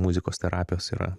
muzikos terapijos yra